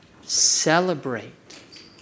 celebrate